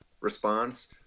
response